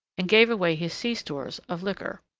and gave away his sea-stores of liquor.